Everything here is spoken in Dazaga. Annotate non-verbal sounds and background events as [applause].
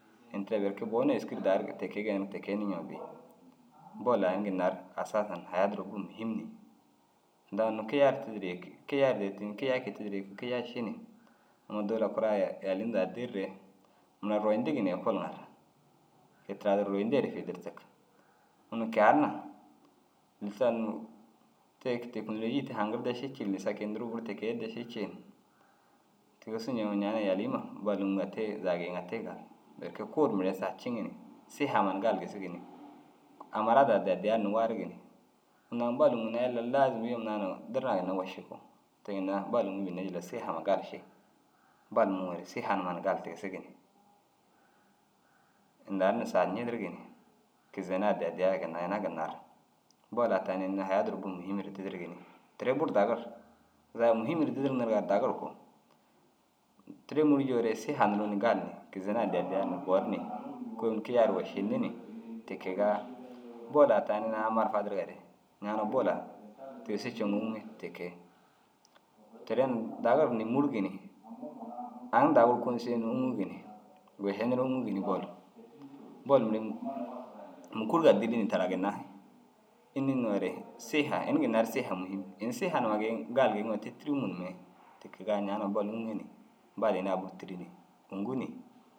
Ini tira berke boneere êski ru daa ru te kee geeniŋ te kee nii ñiŋa bêyi. Bol ini ginna ru hasasin na haya duro buru muhim ni tinda unnu kiyai ru tîdir yiki kiyai ru dutuŋi ni kiyai ši ni. Unnu dôwula kuraa [hesitation] yalii hunduu addiir re mura ruuyindigi ni ekol ŋa ru. Ke- i tira duro ruuyindeere fi dirtig unnu ke- i aan na misal unnu te têkeneloji te haŋgirde ši cii ru lissa ke- i duruu buru te kee erde ši ciin tigisu ñeŋoo ñaana yaliima bol ûŋa te zaga geeyiŋa te gal. Berke kuu ru mire zaga ciŋa ni sihama na gali gisigi ni agu marad addi addiyaan na warigi ni. Unnu aŋ bol mûunnaa ille laazum yim naana dirriŋa ginna woši koo. Te ginna bol ûŋii bênne jillar siha huma gali ši. Bol mûuŋore siha numa na gali tigisigi ni indan na saar ncidirigi ni. Kizena addi addiya ye ginnar ina ginnar bol ai tani ini haya duro buru muhim ru tîdirigi ni teere buru dagir. Zaga muhim ru dudurug niriga ru dagir koo. Tire mûurii jiyoore siha nuruu ni gali ni kizana addi addiyaan na bon ni. Kôomil kiyair wošiinni ni ti kegaa bol ai tani unnu amma ru fadirigare ñaana bol ai tigisu ceŋiroo ûŋe te kee. Teere unnu dagir ni mûurugi ni aŋ dagiru konseyenir ûŋugi ni. [unintelligible] ûŋugi ni bol. Bol mire mûkurugaa dîli ni taara ginnai, înni nuŋoore? Siha ini ginna ru siha muhim. Ini siha numa geeyiŋ gali geeyiŋoo te tîruu munumee. Te kegaa ñaana bol ûŋe ni bol ini ai buru tîri ni. Ûŋgu ni